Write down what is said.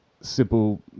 simple